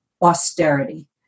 austerity